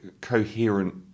coherent